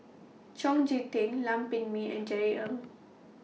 Chong Tze Chien Lam Pin Min and Jerry Ng